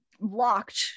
locked